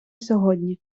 сьогодні